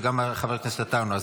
וגם חבר הכנסת עטאונה,